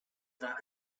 war